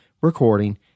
recording